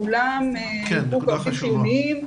כולם יעבדו כעובדים חיוניים.